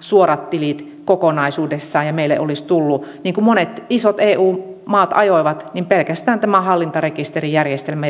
suorat tilit kokonaisuudessaan ja meille olisi tullut niin kuin monet isot eu maat ajoivat pelkästään tämä hallintarekisterijärjestelmä